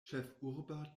ĉefurba